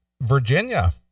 Virginia